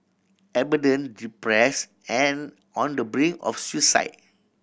abandon depress and on the brink of suicide